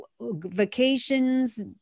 vacations